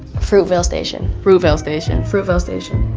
fruitvale station. fruitvale station. fruitvale station.